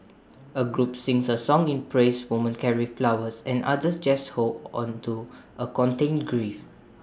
A group sings A song in praise women carry flowers and others just hold on to A contained grief